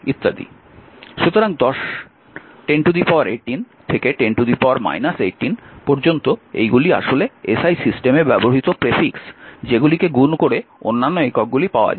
সুতরাং 1018 থেকে 10 18 পর্যন্ত এইগুলি আসলে SI সিস্টেমে ব্যবহৃত প্রেফিক্স যেগুলিকে গুণ করে অন্যান্য একক গুলি পাওয়া যায়